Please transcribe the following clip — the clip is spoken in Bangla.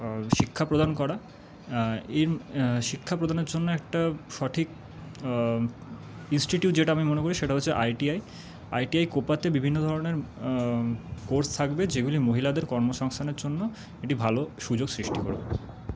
শিক্ষা প্রদান করা এই শিক্ষা প্রদানের জন্য একটা সঠিক ইন্সটিটিউট যেটা আমি মনে করি সেটা হচ্ছে I T I I T I কোটাতে বিভিন্ন ধরনের কোর্স থাকবে যেগুলি মহিলাদের কর্মসংস্থানের জন্য একটি ভালো সুযোগ সৃষ্টি করবে